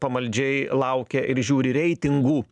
pamaldžiai laukia ir žiūri reitingų